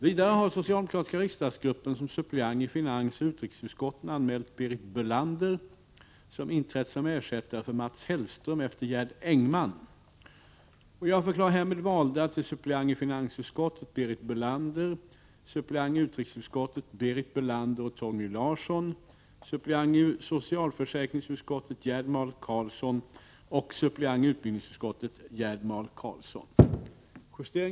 Vidare har socialdemokratiska riksdagsgruppen som suppleant i finansoch utrikesutskotten anmält Berit Bölander som inträtt som ersättare för Mats Hellström efter Gerd Engman.